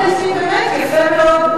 אמרתי לעצמי: באמת, יפה מאוד.